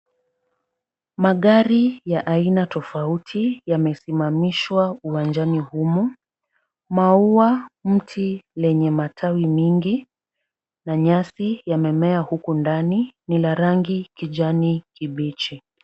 Magari ya aina tofauti yamesimamishwa uwanjani humo. Maua, mti lenye matawi mingi na nyasi yamemea huku ndani. Ni la rangi kijani kibichi.